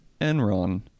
Enron